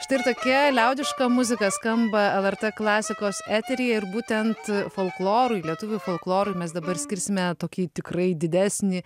štai ir tokia liaudiška muzika skamba lrt klasikos eteryje ir būtent folklorui lietuvių folklorui mes dabar skirsime tokį tikrai didesnį